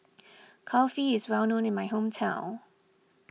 Kulfi is well known in my hometown